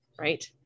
right